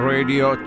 Radio